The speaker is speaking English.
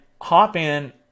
Hopin